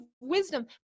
wisdom